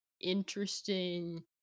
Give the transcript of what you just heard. interesting